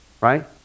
Right